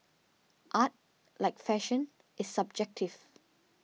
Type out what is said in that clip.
art like fashion is subjective